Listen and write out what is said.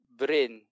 brain